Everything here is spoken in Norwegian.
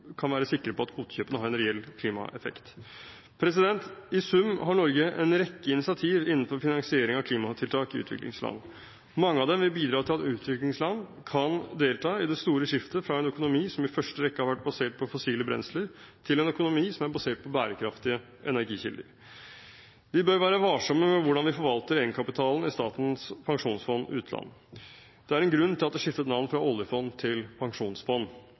kvotekjøpene har en reell klimaeffekt. I sum har Norge en rekke initiativ innenfor finansiering av klimatiltak i utviklingsland. Mange av dem vil bidra til at utviklingsland kan delta i det store skiftet fra en økonomi som i første rekke har vært basert på fossile brensler, til en økonomi som er basert på bærekraftige energikilder. Vi bør være varsomme med hvordan vi forvalter egenkapitalen i Statens pensjonsfond utland. Det er en grunn til at det har skiftet navn fra oljefond til pensjonsfond.